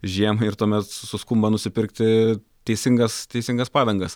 žiemai ir tuomet suskumba nusipirkti teisingas teisingas padangas